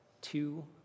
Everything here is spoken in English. two